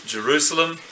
Jerusalem